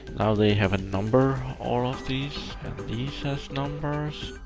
now they have a number, all of these, and these have numbers.